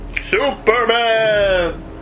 Superman